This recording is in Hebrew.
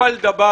נפל דבר.